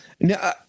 Now